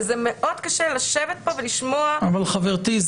וזה מאוד קשה לשבת פה ולשמוע -- חברתי,